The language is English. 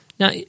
Now